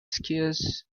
skiers